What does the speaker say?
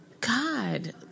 God